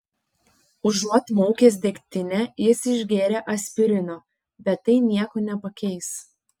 užuot maukęs degtinę jis išgėrė aspirino bet tai nieko nepakeis